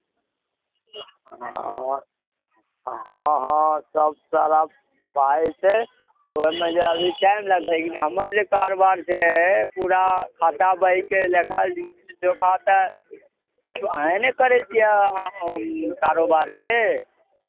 हँ हँ हँ सभ सारा भए जेतै ओहिमे जे अभी टाइम लागतै लेकिन हमर जे कारोबार छै पूरा खाता बहीके लेखा जोखा तऽ अहीँ ने करै छियै कारोबारके